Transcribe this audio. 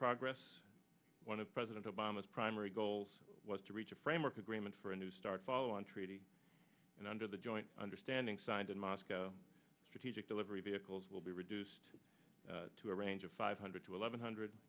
progress one of president obama's primary goals was to reach a framework agreement for a new start follow on treaty and under the joint understanding signed in moscow strategic delivery vehicles will be reduced to a range of five hundred to eleven hundred